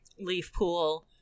Leafpool